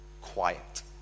quiet